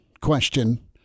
question